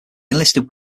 enlisted